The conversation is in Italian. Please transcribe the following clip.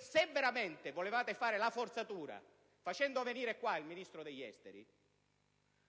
se veramente volevate fare la forzatura, facendo venire in questa sede il Ministro degli affari esteri,